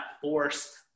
force